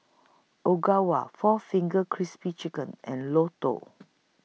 Ogawa four Fingers Crispy Chicken and Lotto